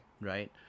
right